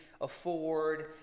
afford